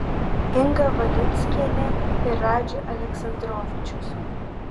inga valinskienė ir radži aleksandrovičius